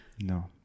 No